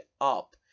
up